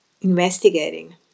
investigating